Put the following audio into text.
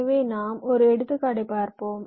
எனவே நாம் ஒரு எடுத்துக்காட்டை பார்ப்போம்